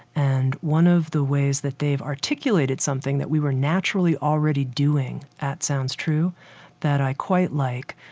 and one of the ways that they've articulated something that we were naturally already doing at sounds true that i quite like,